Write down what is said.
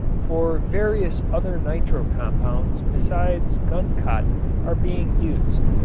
for various other nitro-compounds besides guncotton are being used.